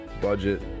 budget